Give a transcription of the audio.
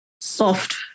soft